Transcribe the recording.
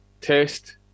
test